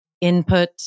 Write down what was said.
input